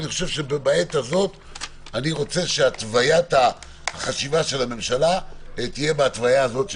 בעת הזו אני רוצה שהתוויית החשיבה של הממשלה תהיה בהתוויה הזו,